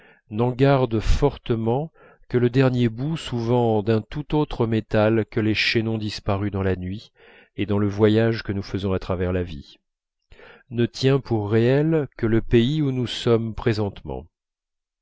n'en garde fortement que le dernier bout souvent d'un tout autre métal que les chaînons disparus dans la nuit et dans le voyage que nous faisons à travers la vie ne tient pour réel que le pays où nous sommes présentement